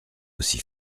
aussi